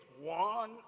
one